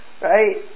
Right